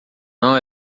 não